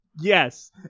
Yes